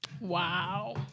Wow